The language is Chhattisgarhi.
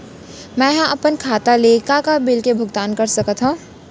मैं ह अपन खाता ले का का बिल के भुगतान कर सकत हो